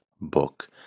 book